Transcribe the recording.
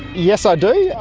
yes, i do.